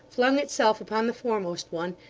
flung itself upon the foremost one,